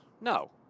No